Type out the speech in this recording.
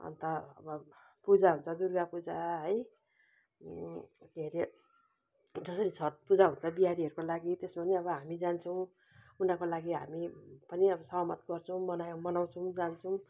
अन्त अब पूजा हुन्छ दुर्गा पूजा है के अरे जसरी छठ पुजा हुन्छ बिहारीहरूको लागि त्यसरी नै अब हामी जान्छौँ उनीहरूको लागि हामी पनि अब सहमत गर्छौँ मना मनाउँछौँ जान्छौँ